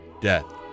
death